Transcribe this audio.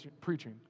preaching